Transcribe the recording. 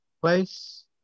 place